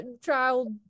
child